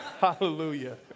hallelujah